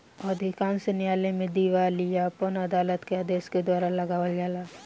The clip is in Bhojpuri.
अधिकांश न्यायालय में दिवालियापन अदालत के आदेश के द्वारा लगावल जाला